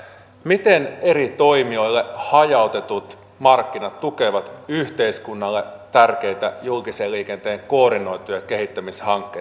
miten eri toimijoille hajautetut markkinat tukevat yhteiskunnalle tärkeitä julkisen liikenteen koordinoituja kehittämishankkeita